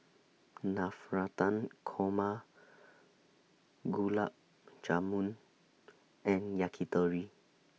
Navratan Korma Gulab Jamun and Yakitori